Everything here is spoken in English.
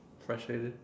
question